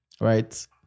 right